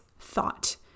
thought